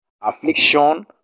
affliction